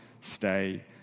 stay